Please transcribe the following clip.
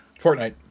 Fortnite